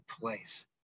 place